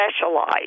specialize